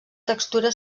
textura